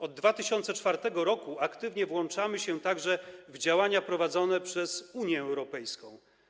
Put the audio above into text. Od 2004 r. aktywnie włączamy się także w działania prowadzone przez Unię Europejską.